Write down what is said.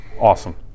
Awesome